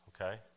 okay